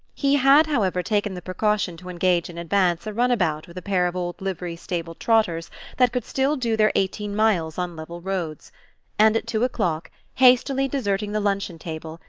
he had, however, taken the precaution to engage in advance a runabout with a pair of old livery-stable trotters that could still do their eighteen miles on level roads and at two o'clock, hastily deserting the luncheon-table,